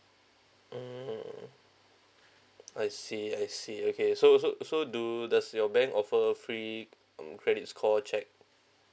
mm I see I see okay so so so do does your bank offer free um credit score check